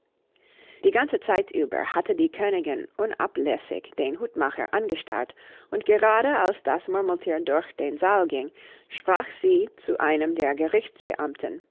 die ganze zeit über hatte die königin unablässig den hutmacher angestarrt und gerade als das murmelthier durch den saal ging sprach sie zu einem der